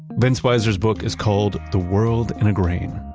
vince beiser's book is called the world in a grain.